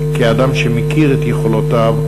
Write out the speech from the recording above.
כאדם שמכיר את יכולותיו,